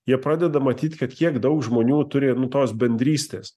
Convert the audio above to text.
jie pradeda matyti kad kiek daug žmonių turi nu tos bendrystės